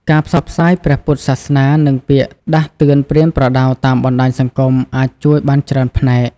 ការផ្សព្វផ្សាយព្រះពុទ្ធសាសនា និងពាក្យដាស់តឿនប្រៀនប្រដៅតាមបណ្តាញសង្គមអាចជួយបានច្រើនផ្នែក។